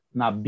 na